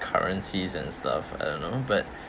currencies and stuff I don't know but